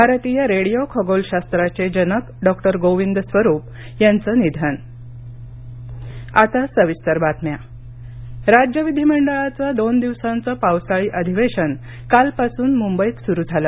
भारतीय रेडियो खगोलशास्त्राचे जनक डॉक्टर गोविंद स्वरुप यांचं निधन अधिवेशन राज्य विधिमंडळाचं दोन दिवसांचं पावसाळी अधिवेशन कालपासून मुंबईत सूरु झालं